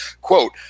quote